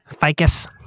ficus